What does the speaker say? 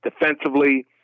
defensively